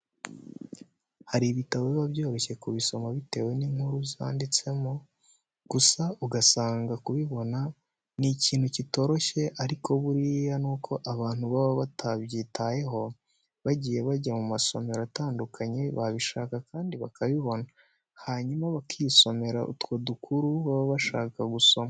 Hari ibitabo biba biryoheye kubisoma bitewe n'inkuru zanditsemo, gusa ugasanga kubibona ni ikintu kitoroshye ariko buriya nuko abantu baba batabyitayeho, bagiye bajya mu masomero atandukanye babishaka kandi bakabibona, hanyuma bakisomera utwo dukuru baba bashaka gusoma.